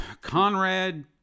Conrad